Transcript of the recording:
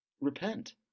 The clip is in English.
repent